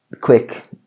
quick